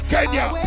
Kenya